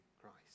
Christ